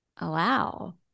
allow